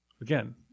again